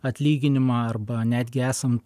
atlyginimą arba netgi esam